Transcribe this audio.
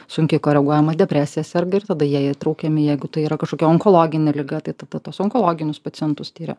sunkiai koreguojama depresija serga ir tada jie įtraukiami jeigu tai yra kažkokia onkologinė liga tai tada tuos onkologinius pacientus tiria